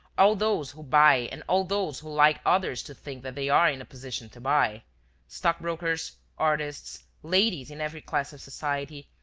all those who buy and all those who like others to think that they are in a position to buy stockbrokers, artists, ladies in every class of society,